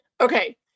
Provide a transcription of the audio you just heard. Okay